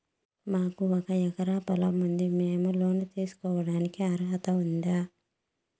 మాకు ఒక ఎకరా పొలం ఉంది మేము లోను తీసుకోడానికి అర్హత ఉందా